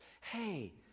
hey